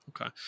Okay